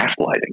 gaslighting